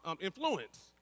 influence